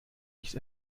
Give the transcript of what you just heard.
nicht